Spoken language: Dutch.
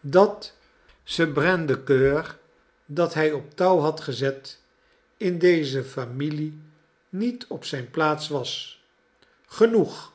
dat ce brin de cour dat hij op touw had gezet in deze familie niet op zijn plaats was genoeg